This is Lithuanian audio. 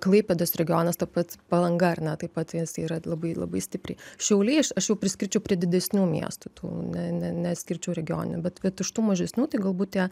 klaipėdos regionas ta pat palanga ar ne taip pat jis yra labai labai stipriai šiauliai aš aš jau priskirčiau prie didesnių miestų tų ne ne neskirčiau regionių bet bet iš tų mažesnių tai galbūt tie